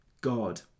god